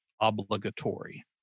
obligatory